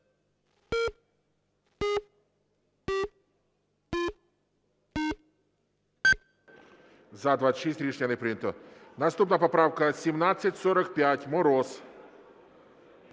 За-26 Рішення не прийнято. Наступна поправка 1745, Мороз.